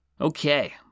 Okay